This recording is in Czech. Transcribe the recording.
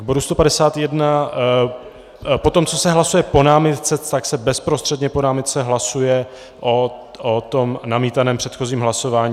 K bodu 151 potom, co se hlasuje po námitce, tak se bezprostředně po námitce hlasuje o tom namítaném předchozím hlasování.